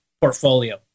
portfolio